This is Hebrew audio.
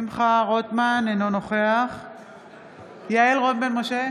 אינו נוכח יעל רון בן משה,